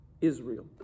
Israel